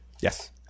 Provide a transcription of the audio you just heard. Yes